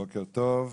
בוקר טוב,